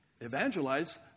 evangelize